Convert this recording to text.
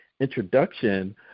introduction